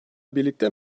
birlikte